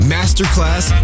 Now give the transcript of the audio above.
Masterclass